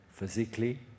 Physically